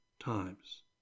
times